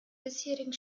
bisherigen